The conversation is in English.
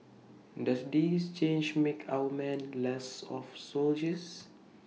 does this change make our men less of soldiers